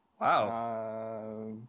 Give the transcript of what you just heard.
Wow